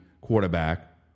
quarterback